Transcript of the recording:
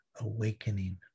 awakening